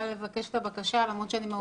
הלאומי לצמצום התפשטות נגיף הקורונה (הוראת שעה),